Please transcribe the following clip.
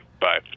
Bye